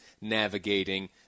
navigating